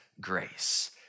grace